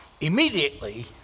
Immediately